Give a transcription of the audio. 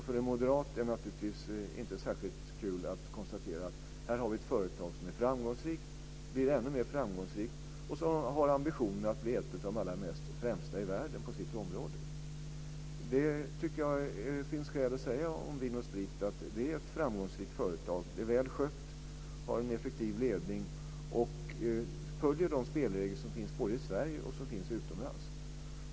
För en moderat är det naturligtvis inte särskilt kul att konstatera att vi här har ett företag som är framgångsrikt blir ännu mer framgångsrikt och som har ambition att bli ett av de främsta i världen på sitt område. Det finns skäl att säga att Vin & Sprit är ett framgångsrikt företag. Det är väl skött, har en effektiv ledning och följer de spelregler som finns både i Sverige och utomlands.